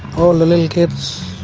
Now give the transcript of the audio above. all the little kids,